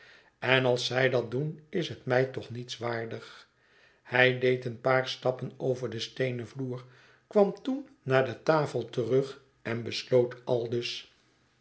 en als zij dat doen is het mij toch niets waardig hij deed een paar stappen over den steenen vloer kwam toen naar de tafel terug en besloot aldus